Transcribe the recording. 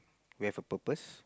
we have a purpose